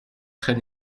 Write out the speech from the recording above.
très